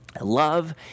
love